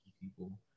people